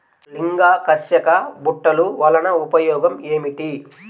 లింగాకర్షక బుట్టలు వలన ఉపయోగం ఏమిటి?